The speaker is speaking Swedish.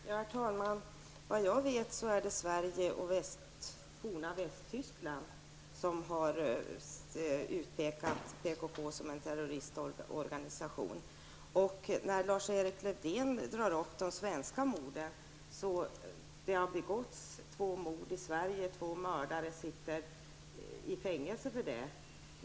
Herr talman! Såvitt jag vet är det Sverige och det forna Västtyskland som har utpekat PKK som en terroristorganisation. Det är riktigt, som Lars-Erik Lövdén säger, att det har begåtts två mord i Sverige av avhoppade PKK-are. Två personer sitter också i fängelse för det.